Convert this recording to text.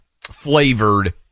flavored